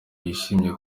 yashimye